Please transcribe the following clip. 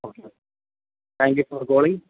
okay thank you for calling